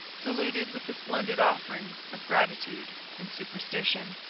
saluted with the splendid offerings of gratitude and superstition,